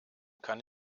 kann